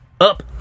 up